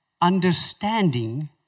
Understanding